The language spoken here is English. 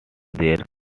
their